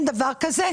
אין דבר כזה.